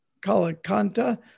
Kalakanta